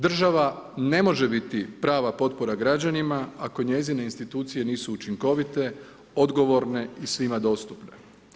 Država ne može biti prava potpora građanima ako njezine institucije nisu učinkovite, odgovorne i svima dostupne.